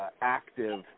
active